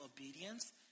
obedience